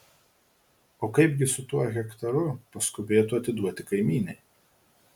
o kaipgi su tuo hektaru paskubėtu atiduoti kaimynei